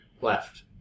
left